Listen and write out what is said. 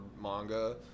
manga